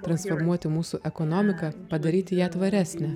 transformuoti mūsų ekonomiką padaryti ją tvaresnę